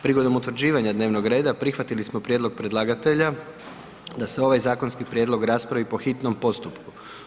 Prigodom utvrđivanja dnevnog reda prihvatili smo prijedlog predlagatelja da se ovaj zakonski prijedlog raspravi po hitnom postupku.